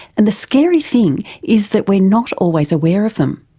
and the scary thing is that we're not always aware of them.